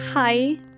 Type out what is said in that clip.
Hi